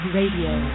Radio